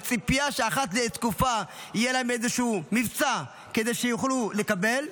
בציפייה שאחת לתקופה יהיה להם איזשהו מבצע כדי שיוכלו לקבל,